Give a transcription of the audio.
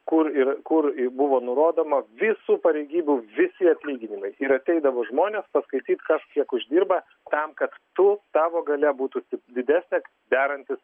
kur ir kur buvo nurodoma visų pareigybių visi atlyginimai ir ateidavo žmonės paskaityt kas kiek uždirba tam kad tu tavo galia būtų tik didesnė darantis